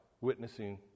witnessing